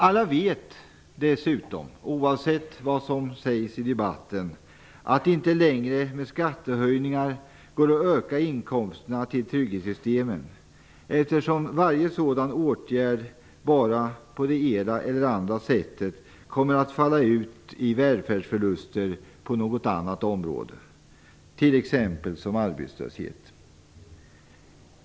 Alla vet dessutom, oavsett vad som sägs i debatten, att det inte längre med skattehöjningar går att öka inkomsterna för att bygga ut trygghetssystemet. Varje sådan åtgärd kommer på det ena eller det andra sättet att leda till välfärdsförluster på något annat område, t.ex. arbetslöshet.